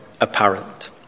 apparent